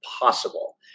possible